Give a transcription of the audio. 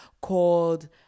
called